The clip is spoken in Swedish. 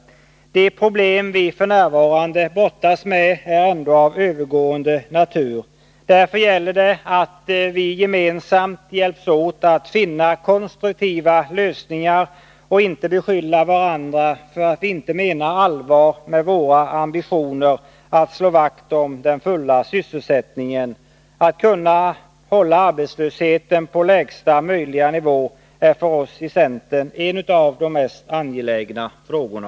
De problem vi f. n. brottas med är av övergående natur. Därför gäller det att vi gemensamt bör hjälpas åt för att finna konstruktiva lösningar och inte beskylla varandra för att inte mena allvar med våra ambitioner att slå vakt om den fulla sysselsättningen. Att kunna hålla arbetslösheten på lägsta möjliga nivå är för oss i centern en av de mest angelägna frågorna.